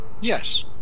Yes